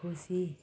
खुसी